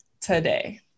today